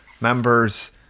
members